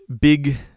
big